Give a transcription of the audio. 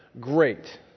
great